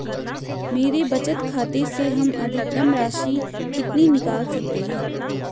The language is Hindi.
मेरे बचत खाते से हम अधिकतम राशि कितनी निकाल सकते हैं?